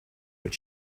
but